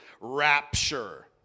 rapture